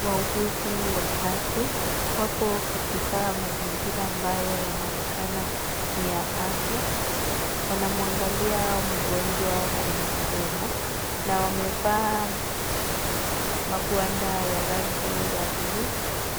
Wahuguzi watu wako katika mazingira ambayo yanaonekana ni ya afya wanamwangalia mgonjwa kwenye mdomo na wamevaa makwanda ya rangi ya bulu